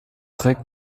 trägt